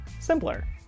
simpler